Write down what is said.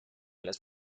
las